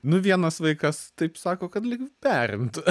nu vienas vaikas taip sako kad lyg perimtų